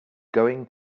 going